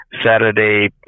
Saturday